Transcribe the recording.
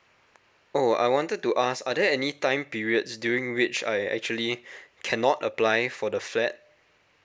oh I wanted to ask are there any time periods during which I actually cannot apply for the flat